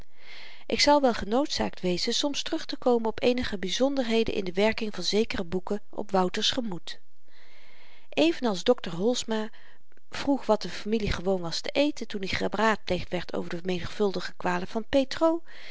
ik zal wel genoodzaakt wezen soms terugtekomen op eenige byzonderheden in de werking van zekere boeken op wouter's gemoed evenals dokter holsma vroeg wat de familie gewoon was te eten toen i geraadpleegd werd over de menigvuldige kwalen van